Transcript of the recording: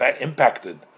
impacted